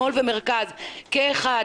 שמאל ומרכז כאחד